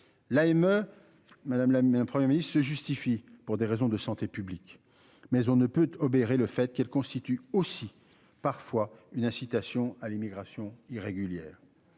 L'AME. Madame la mais un Premier Ministre se justifie pour des raisons de santé publique mais on ne peut obérer le fait qu'elle constitue aussi parfois une incitation à l'immigration irrégulière.